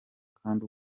kandi